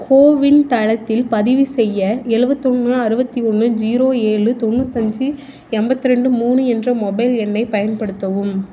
CoWIN தளத்தில் பதிவு செய்ய எழுபத்தி ஒன்று அறுபத்தி ஒன்று ஜீரோ ஏழு தொண்ணூற்றஞ்சி எண்பத்தி ரெண்டு மூணு என்ற மொபைல் எண்ணைப் பயன்படுத்தவும்